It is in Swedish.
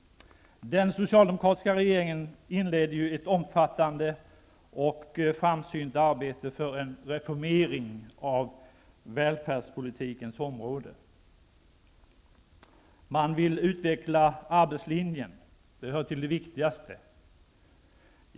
Den socialdemokratiska regeringen inledde ett omfattande och framsynt arbete för en reformering på välfärdspolitikens område. Vi vill utveckla arbetslinjen. Det hör till det viktigaste.